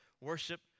worship